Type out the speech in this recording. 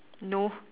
no